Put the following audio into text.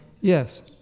yes